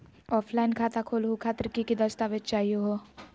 Offline खाता खोलहु खातिर की की दस्तावेज चाहीयो हो?